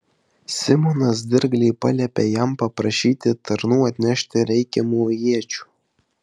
simonas dirgliai paliepė jam paprašyti tarnų atnešti reikiamų iečių